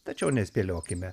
tačiau nespėliokime